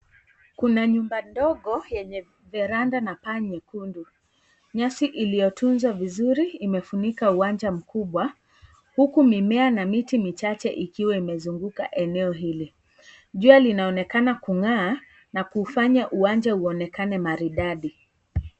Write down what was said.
Kuna nyumba dogo yenye veranda na paa nyekundu. Nyasi iliyotunzwa vizuri imefunika uwanja mkubwa huku mimea na miti michache ikiwa imezunguka eneo hili. Jua linaonekana kung'aa na kufanya uwanja uonekane maridadi.